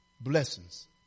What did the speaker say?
blessings